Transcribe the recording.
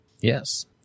Yes